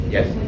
Yes